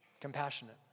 Compassionate